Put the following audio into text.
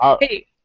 hey